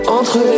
Entre